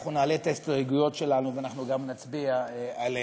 אנחנו נעלה את ההסתייגויות שלנו ואנחנו גם נצביע עליהן,